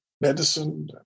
medicine